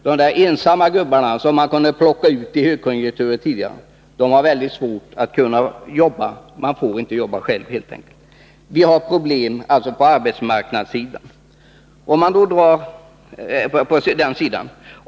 De ensamma gubbarna som man tidigare kunde plocka ut under högkonjunkturen har mycket svårt att göra några insatser. Man får helt enkelt inte jobba själv. Vi har problem på arbetsmarknadssidan.